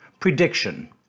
Prediction